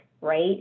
right